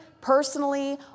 personally